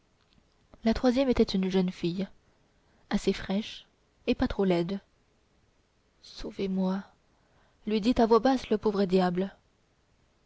la troisième était une jeune fille assez fraîche et pas trop laide sauvez-moi lui dit à voix basse le pauvre diable